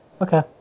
Okay